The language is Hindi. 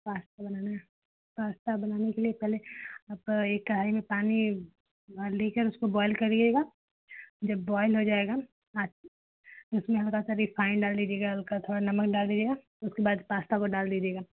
पास्ता बनाना है पास्ता बनाने के लिए पहले आप एक कड़ाही में पानी भर लेकर उसको बॉयल करिएगा जब बॉयल हो जाएगा हाँ उसमें आप हल्का सा रिफ़ाइन डाल दीजिएगा उसका थोड़ा नमक डाल दीजिएगा उसके बाद पास्ता को डाल दीजिएगा